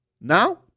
Now